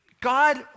God